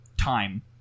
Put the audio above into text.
time